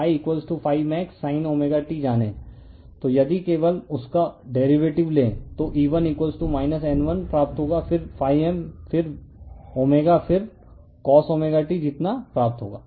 तो यदि केवल उसका डेरीवेटिव लें तो E1 N1 प्राप्त होगा फिर m फिर ω फिर cosine ωt जितना प्राप्त होगा